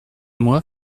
moi